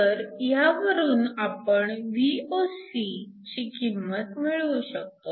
तर ह्यावरून आपण Voc ची किंमत मिळवू शकतो